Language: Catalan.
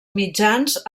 mitjans